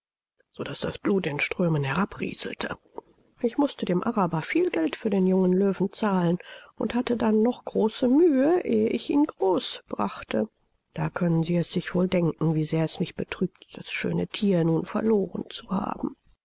so daß das blut in strömen herabrieselte ich mußte dem araber viel geld für den jungen löwen zahlen und hatte dann noch große mühe ehe ich ihn groß brachte da können sie es sich wohl denken wie sehr es mich betrübt das schöne thier nun verloren zu haben